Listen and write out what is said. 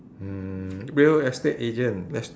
mm real estate agent let's